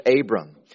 Abram